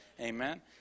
Amen